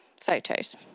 photos